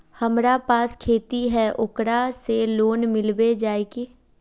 हमरा पास खेती है ओकरा से लोन मिलबे जाए की?